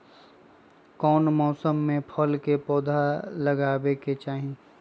कौन मौसम में फल के पौधा लगाबे के चाहि?